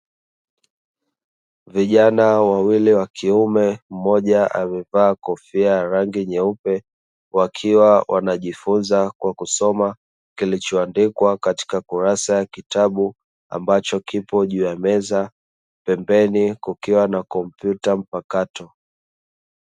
Vijana wawili wa kiume, mmoja amevaa kofia ya rangi nyeupe, wakiwa wanajifunza kwa kusoma kilichoandikwa katika kurasa ya kitabu ambacho kipo juu ya meza pembeni kukiwa na kompyuta mpakato.